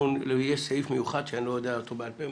יש סעיף מיוחד שאני לא יודע אותו בעל פה,